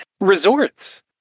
resorts